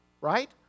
right